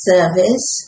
Service